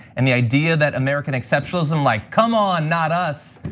and the idea that american exceptionalism, like, come on, not us.